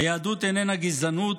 היהדות איננה גזענות.